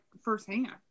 firsthand